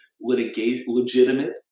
legitimate